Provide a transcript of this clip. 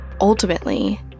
Ultimately